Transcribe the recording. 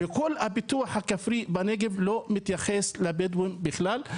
וכל הפיתוח הכפרי בנגב לא מתייחס לבדואים בכלל.